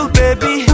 baby